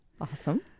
Awesome